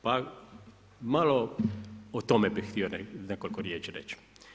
Pa malo o tome bih htio nekoliko riječi reći.